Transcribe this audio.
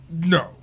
No